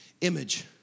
image